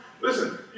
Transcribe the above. Listen